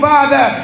Father